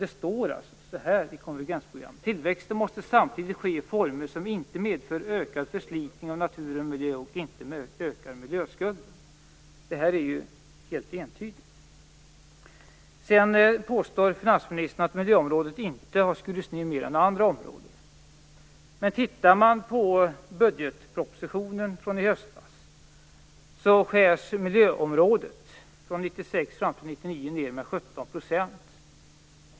Det står alltså i konvergensprogrammet att tillväxten samtidigt måste ske i former som inte medför ökad förslitning av natur och miljö och inte ökar miljöskulden. Det är entydigt. Finansministern påstår att det inte har skurits ned mer på miljöområdet än på andra områden. Men om man tittar på budgetpropositionen från i höstas ser man att det på miljöområdet skärs ner med 17 % från 1996 fram till 1999.